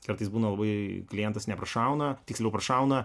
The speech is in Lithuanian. kartais būna kai klientas neprašauna tiksliau prašauna